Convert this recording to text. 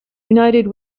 united